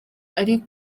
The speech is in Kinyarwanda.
ari